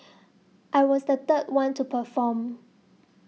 I was the third one to perform